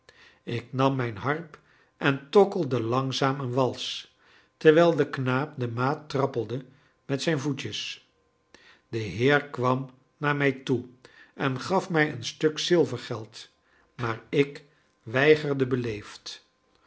ik nam mijn harp en tokkelde langzaam een wals terwijl de knaap de maat trappelde met zijn voetjes de heer kwam naar mij toe en gaf mij een stuk zilvergeld maar ik weigerde beleefd